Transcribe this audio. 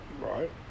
Right